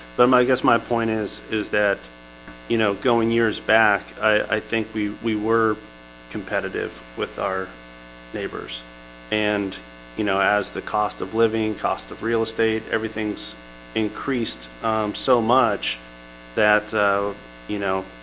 but i guess my point is is that you know going years back. i think we we were competitive with our neighbors and you know as the cost of living cost of real estate everything's increased so much that you know,